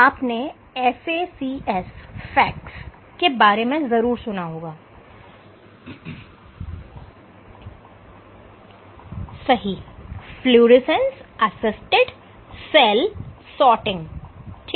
आपने FACS के बारे में जरूर सुना होगा सही Fluorescence Assisted Cell Sorting ठीक है